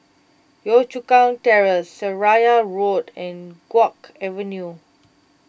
Yio Chu Kang Terrace Seraya Road and Guok Avenue